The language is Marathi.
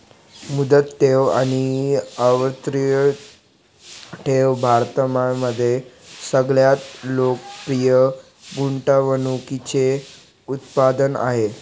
मुदत ठेव आणि आवर्ती ठेव भारतामध्ये सगळ्यात लोकप्रिय गुंतवणूकीचे उत्पादन आहे